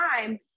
time